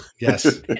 Yes